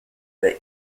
the